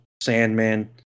Sandman